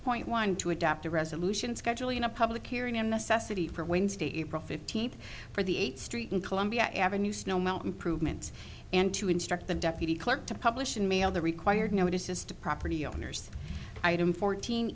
point one to adopt a resolution scheduling a public hearing in assess city for wednesday april fifteenth for the eighth street in columbia ave snow melt improvements and to instruct the deputy clerk to publish and mail the required notices to property owners item fourteen